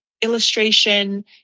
illustration